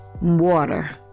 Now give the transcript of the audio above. water